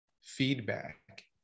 feedback